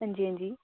हां जी हां जी